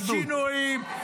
אז תתייחס, תנמק.